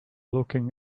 looking